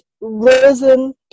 risen